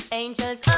angels